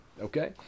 Okay